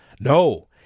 No